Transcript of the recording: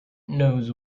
knows